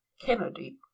kennedy